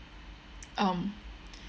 um